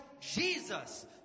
Jesus